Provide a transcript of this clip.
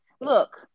look